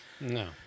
No